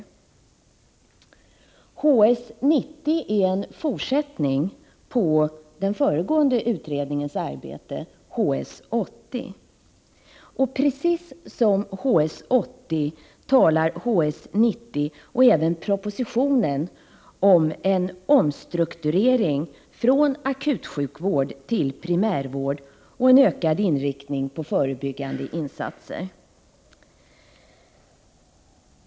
HS 90 är en fortsättning på den föregående utredningens arbete, HS 80. Precis som i HS 80 talas det i HS 90 och även i propositionen om en omstrukturering från akutsjukvård till primärvård och en ökad inriktning på förebyggande insatser.